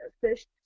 fish